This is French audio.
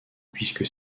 puisque